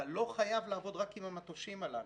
אתה לא חייב לעבוד רק עם המטושים הללו.